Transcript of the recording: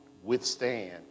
withstand